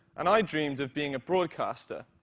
and i dreamed of being a broadcaster.